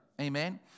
Amen